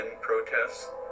protests